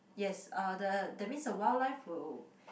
yes uh the that means the wildlife will